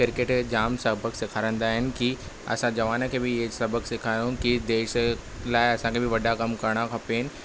cricket जाम सबकु सेखारींदा आहिनि की असां जवान खे बि हीअ सबक सेखारियूं की देश लाइ असांखें बि वॾा कमु करणु खपे